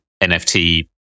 NFT